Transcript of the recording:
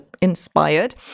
inspired